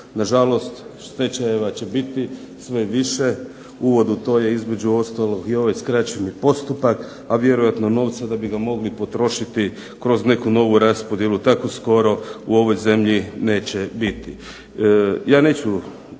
Na žalost stečajeva će biti sve više, uvod u to je između ostalog i ovaj skraćeni postupak, a vjerojatno novce da bi ga mogli potrošiti kroz neku novu raspodjelu, tako skoro u ovoj zemlji neće biti.